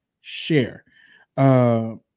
share